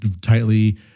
tightly